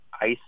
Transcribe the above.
ice